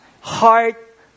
heart